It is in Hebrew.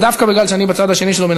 ודווקא בגלל שאני בצד השני שלו,